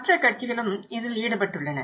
மற்ற கட்சிகளும் இதில் ஈடுபட்டுள்ளன